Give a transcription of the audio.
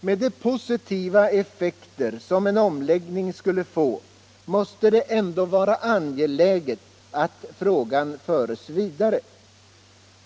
Med de positiva effekter som en omläggning skulle få måste det ändå vara angeläget att frågan förs vidare.